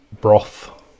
Broth